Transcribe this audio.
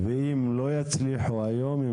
אם לא יצליחו היום,